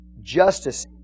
justice